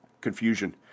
confusion